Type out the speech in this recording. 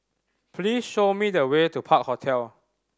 please show me the way to Park Hotel